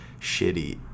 shitty